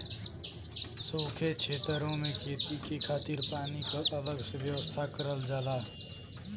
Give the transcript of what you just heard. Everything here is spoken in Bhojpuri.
सूखे छेतरो में खेती के खातिर पानी क अलग से व्यवस्था करल जाला